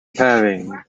pairing